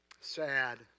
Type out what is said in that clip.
sad